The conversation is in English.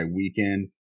weekend